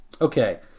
Okay